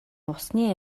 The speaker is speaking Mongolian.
усны